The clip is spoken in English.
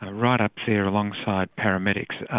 ah right up there alongside paramedics,